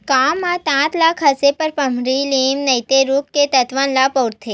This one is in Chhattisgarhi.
गाँव म दांत ल घसे बर बमरी, लीम नइते रूख के दतवन ल बउरथे